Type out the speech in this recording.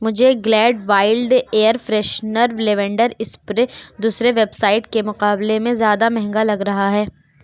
مجھے Glade wild air freshener lavender spray دوسرے website کے مقابلے میں زیادہ مہنگا لگ رہا ہے